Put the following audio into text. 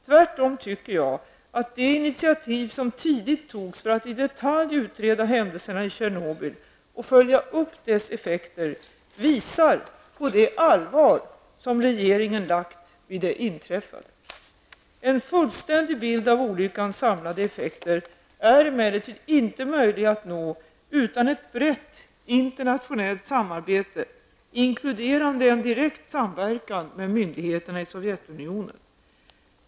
Tvärtom tycker jag att de initiativ som tidigt togs för att i detalj utreda händelserna i Tjernobyl och följa upp deras effekter visar på det allvar regeringen tillmäter det inträffade. En fullständig bild av olyckans samlade effekter är emellertid inte möjlig att nå utan ett brett internationellt samarbete inkluderande en direkt samverkan med myndigheterna i Sovjetunionen.